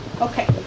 Okay